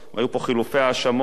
היו פה חילופי האשמות,